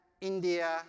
India